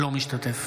אינו משתתף